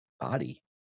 body